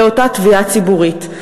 לאותה תביעה ציבורית.